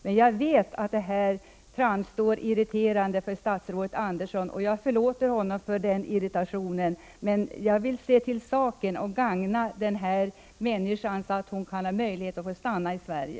Men jag vet att detta framstår som irriterande för statsrådet Andersson, och jag förlåter honom för den irritationen. Jag vill dock se till saken och hjälpa den här människan, så att hon kan få stanna i Sverige.